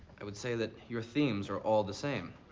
i would say that your themes are all the same.